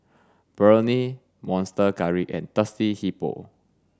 Burnie Monster Curry and Thirsty Hippo